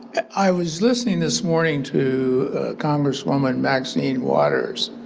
i was listening this morning to congresswoman maxine waters